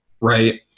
right